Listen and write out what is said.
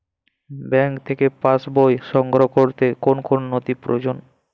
Bank থেকে pass বই সংগ্রহ করতে কোন কোন নথি প্রয়োজন?